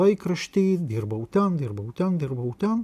laikraštį dirbau ten dirbau ten dirbau ten